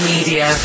Media